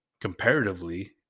comparatively